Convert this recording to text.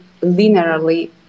linearly